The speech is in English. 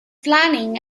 planning